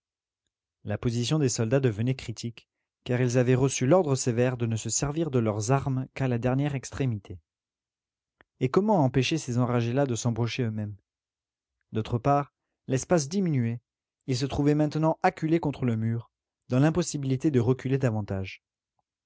la position des soldats devenait critique car ils avaient reçu l'ordre sévère de ne se servir de leurs armes qu'à la dernière extrémité et comment empêcher ces enragés là de s'embrocher eux-mêmes d'autre part l'espace diminuait ils se trouvaient maintenant acculés contre le mur dans l'impossibilité de reculer davantage